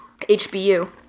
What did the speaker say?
HBU